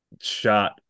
shot